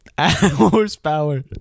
horsepower